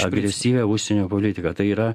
agresyvią užsienio politiką tai yra